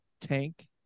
Tank